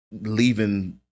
leaving